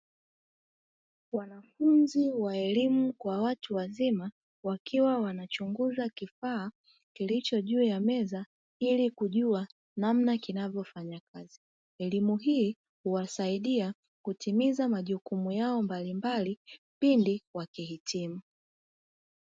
Wanafunzi wa elimu kwa watu wazima wakiwa wanachunguza kifaa lilicho juu ya meza ili kujua namna kinavyofanya kazi. Elimu hii huwasaidia kutimiza majukumu yao mbalimbali pindi wakihitimu.